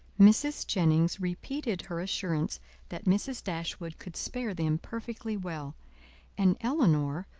mrs. jennings repeated her assurance that mrs. dashwood could spare them perfectly well and elinor,